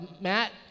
Matt